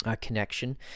connection